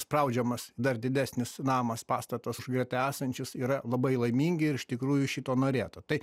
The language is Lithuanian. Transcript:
spraudžiamas dar didesnis namas pastatas už greta esančius yra labai laimingi ir iš tikrųjų šito norėtų tai